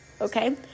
Okay